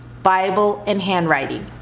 bible, and handwriting.